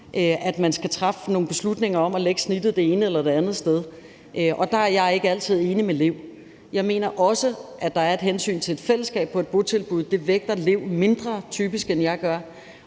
at man skal træffe nogle beslutninger om at lægge snittet det ene eller det andet sted, og der er jeg ikke altid enig med Lev. Jeg mener også, at der er et hensyn til et fællesskab på et botilbud. Det vægter Lev mindre, typisk, end jeg gør,